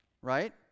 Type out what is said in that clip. Right